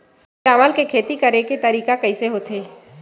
चावल के खेती करेके तरीका कइसे होथे?